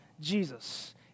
Jesus